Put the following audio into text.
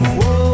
whoa